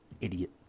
idiot